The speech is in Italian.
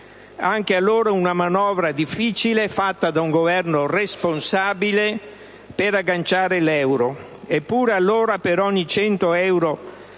anche allora una manovra difficile, fatta da un Governo responsabile per agganciare l'euro, eppure allora, per ogni 100 euro